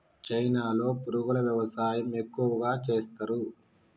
చైనాలో పురుగుల వ్యవసాయం ఎక్కువగా చేస్తరు